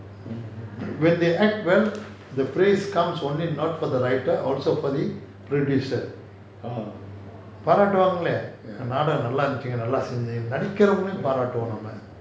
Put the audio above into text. when they act well the phrase comes only not for the writer also for the producer பாராட்டுவாங்களா நாடகம் நாலா இருந்துச்சி நல்ல செஞ்சீங்களா நடிக்கிறவங்களையும் பாராட்டுவோம் நம்ம:paaratuvangala naadagam nallaa irunthuchi nallaa senjingala nadikiravangalayum paaratuvom namma